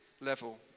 level